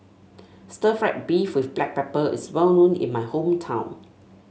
Stir Fried Beef with Black Pepper is well known in my hometown